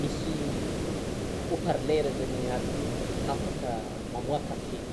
misy haut-parleur zany anatiny hafaka mamoaka feo.